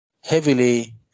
heavily